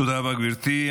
תודה רבה, גברתי.